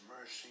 mercy